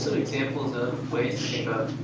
examples of ways